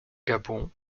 gabon